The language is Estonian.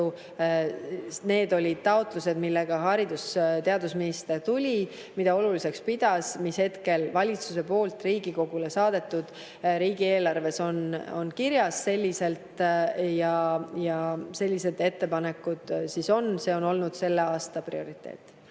Need olid taotlused, millega haridus- ja teadusminister tuli, mida ta oluliseks pidas, ja valitsusest Riigikogule saadetud riigieelarves on see kirjas selliselt. Sellised ettepanekud siis on. See on olnud selle aasta prioriteet.